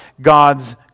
God's